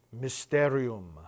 Mysterium